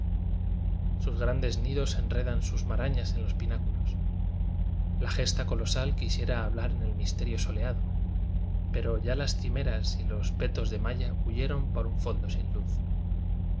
sus grandes nidos enredan sus marañas en los pináculos la gesta colosal quisiera hablar en el misterio soleado pero ya las cimeras y los petos de malla huyeron por un fondo sin luz